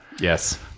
Yes